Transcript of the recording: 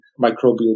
microbial